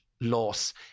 loss